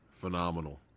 Phenomenal